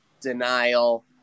denial